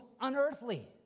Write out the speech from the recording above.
unearthly